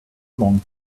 long